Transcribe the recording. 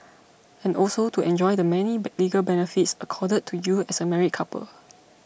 and also to enjoy the many legal benefits accorded to you as a married couple